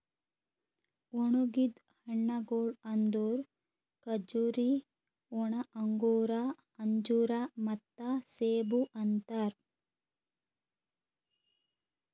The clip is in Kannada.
ಒಣುಗಿದ್ ಹಣ್ಣಗೊಳ್ ಅಂದುರ್ ಖಜೂರಿ, ಒಣ ಅಂಗೂರ, ಅಂಜೂರ ಮತ್ತ ಸೇಬು ಅಂತಾರ್